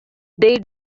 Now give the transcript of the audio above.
they